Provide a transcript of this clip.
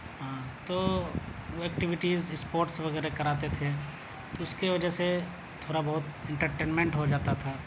تو وہ activities sports وغیرہ کراتے تھے تو اس کی وجہ سے تھوڑا بہت انٹرٹینمنٹ ہو جاتا تھا